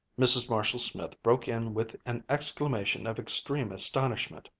mrs. marshall-smith broke in with an exclamation of extreme astonishment.